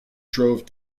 drove